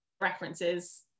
references